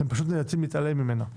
פשוט נאלצים להתעלם ממנה.